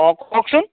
অঁ কওকচোন